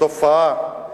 תופעה